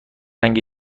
رنگ